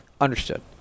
Understood